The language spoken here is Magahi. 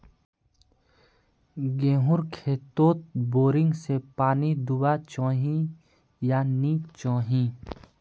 गेँहूर खेतोत बोरिंग से पानी दुबा चही या नी चही?